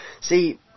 See